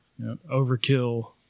Overkill